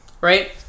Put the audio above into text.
right